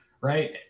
right